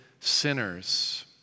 sinners